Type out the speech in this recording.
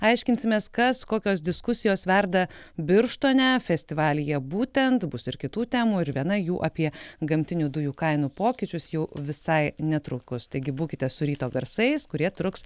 aiškinsimės kas kokios diskusijos verda birštone festivalyje būtent bus ir kitų temų ir viena jų apie gamtinių dujų kainų pokyčius jau visai netrukus taigi būkite su ryto garsais kurie truks